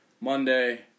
Monday